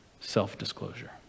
self-disclosure